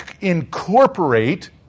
incorporate